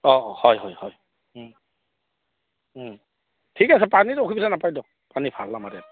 অঁ অঁ হয় হয় হয় ঠিক আছে পানীৰ অসুবিধা নাপাই দিয়ক পানী ভাল আমাৰ ইয়াত